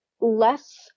less